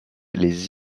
les